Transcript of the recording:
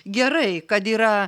gerai kad yra